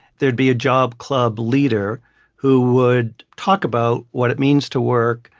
there'd be a job club leader who would talk about what it means to work,